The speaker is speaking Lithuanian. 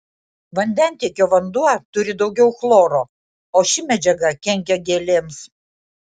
vandentiekio vanduo turi daugiau chloro o ši medžiaga kenkia gėlėms